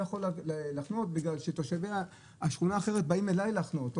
יכול לחנות בגלל שתושבי השכונה האחרת באים אלי לחנות,